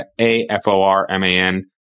A-F-O-R-M-A-N